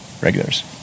regulars